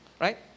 right